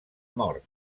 mort